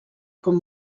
com